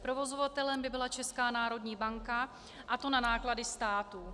Provozovatelem by byla Česká národní banka, a to na náklady státu.